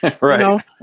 right